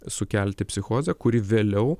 sukelti psichozę kuri vėliau